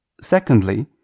Secondly